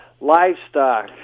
livestock